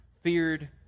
feared